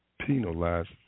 penalized